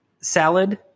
salad